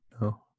No